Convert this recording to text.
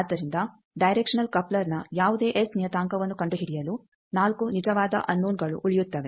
ಆದ್ದರಿಂದ ಡೈರೆಕ್ಷನಲ್ ಕಪ್ಲರ್ನ ಯಾವುದೇ ಎಸ್ ನಿಯತಾಂಕವನ್ನು ಕಂಡುಹಿಡಿಯಲು 4 ನಿಜವಾದ ಅನ್ನೋನಗಳು ಉಳಿಯುತ್ತವೆ